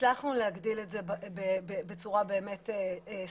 הצלחנו להגדיל את זה בצורה סמלית.